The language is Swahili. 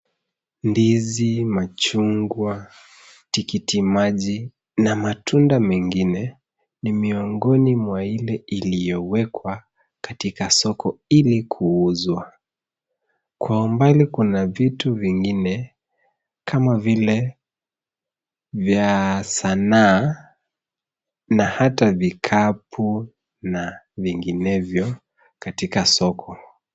Ndizi, machungwa, tikiti maji na matunda mengine ni miongoni mwa ile iliyowekwa katika soko ili kuuzwa. Kwa umbali kuna vitu vingine kama vile vya sanaa na hata vikapu na vingenevyo katika soko.